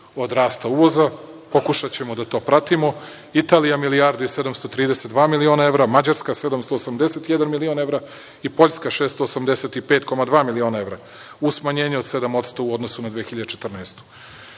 od rasta uvoza. Pokušaćemo da to pratimo. Italija milijardu i 732 miliona evra, Mađarska 781 milion evra i Poljska 685,2 miliona evra uz smanjenja od 7% u odnosu na 2014.